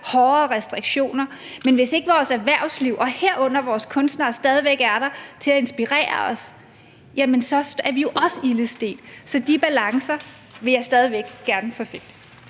hårde restriktioner. Men hvis ikke vores erhvervsliv, herunder vores kunstnere stadig væk er der til at inspirere os, er vi jo også ilde stedt. Så de balancer vil jeg stadig væk gerne forfægte.